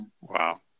Wow